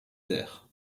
der